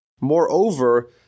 Moreover